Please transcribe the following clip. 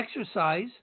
exercise